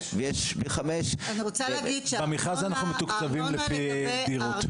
5. -- פי 5 --- במכרז אנחנו מתוקצבים לפי דירות.